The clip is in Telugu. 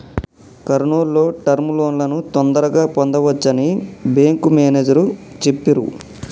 కర్నూల్ లో టర్మ్ లోన్లను తొందరగా పొందవచ్చని బ్యేంకు మేనేజరు చెప్పిర్రు